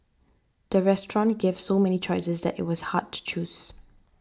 the restaurant gave so many choices that it was hard to choose